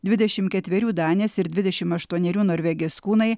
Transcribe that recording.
dvidešim ketverių danės ir dvidešim aštuonerių norvegės kūnai